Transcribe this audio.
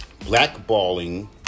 blackballing